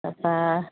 তাৰপৰা